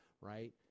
right